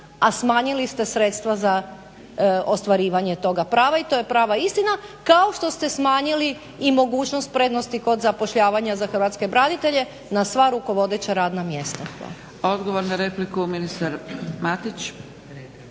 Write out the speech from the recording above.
a smanjili ste sredstva za ostvarivanje toga prava i to je prava istina, kao što ste smanjili i mogućnost prednosti kod zapošljavanja za hrvatske branitelje na sva rukovodeća radna mjesta. Hvala. **Zgrebec, Dragica